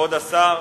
כבוד השר,